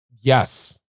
Yes